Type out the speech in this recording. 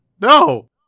no